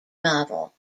model